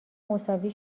مساوی